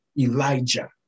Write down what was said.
Elijah